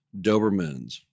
Dobermans